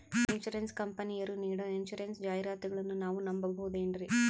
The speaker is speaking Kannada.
ಇನ್ಸೂರೆನ್ಸ್ ಕಂಪನಿಯರು ನೀಡೋ ಇನ್ಸೂರೆನ್ಸ್ ಜಾಹಿರಾತುಗಳನ್ನು ನಾವು ನಂಬಹುದೇನ್ರಿ?